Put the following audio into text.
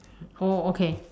oh okay